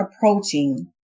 approaching